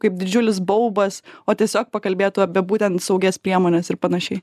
kaip didžiulis baubas o tiesiog pakalbėtų apie būtent saugias priemones ir panašiai